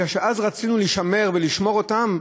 אז רצינו לשמר ולשמור אותם,